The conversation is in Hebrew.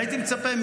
הייתי מצפה,